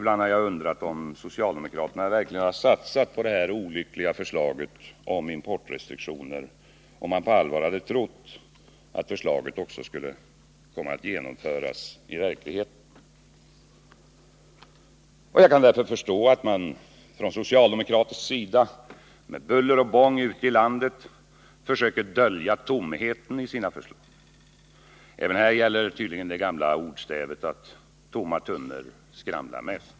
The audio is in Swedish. Jag har ibland undrat om socialdemokraterna verkligen hade satsat på det här olyckliga förslaget om importrestriktioner, om de på allvar hade trott att förslaget också skulle komma att genomföras i verkligheten. Jag kan därför förstå att man från socialdemokratisk sida med buller och bång ute i landet försöker dölja tomheten i sina förslag. Även här gäller tydligen det gamla ordstävet att tomma tunnor skramlar mest.